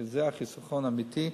כי זה החיסכון האמיתי.